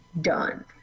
done